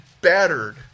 battered